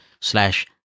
slash